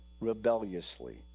rebelliously